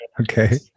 Okay